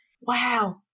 Wow